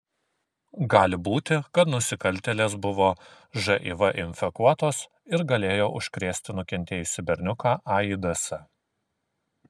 gali būti kad nusikaltėlės buvo živ infekuotos ir galėjo užkrėsti nukentėjusį berniuką aids